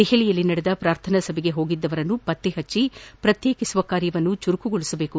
ದೆಹಲಿಯಲ್ಲಿ ನಡೆದ ಪ್ರಾರ್ಥನಾ ಸಭೆಗೆ ಹೋಗಿದ್ದವರನ್ನು ಪತ್ತ ಪಚ್ಚಿ ಪ್ರತ್ನೇಕಿಸುವ ಕಾರ್ಯವನ್ನು ಚುರುಕುಗೊಳಿಸಬೇಕು